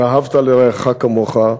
ואהבת לרעך כמוך,